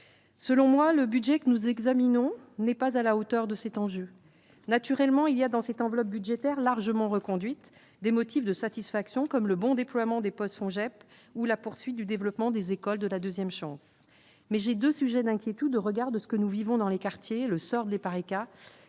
selon moi, le budget que nous examinons n'est pas à la hauteur de cet enjeu, naturellement, il y a dans cette enveloppe budgétaire largement reconduite des motifs de satisfaction, comme le bon déploiement des postes sont JEP ou la poursuite du développement des écoles de la 2ème chance mais j'ai 2 sujets d'inquiétude au regard de ce que nous vivons dans les quartiers, le sort de l'Epareca